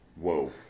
Whoa